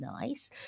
nice